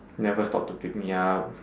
never stop to pick me up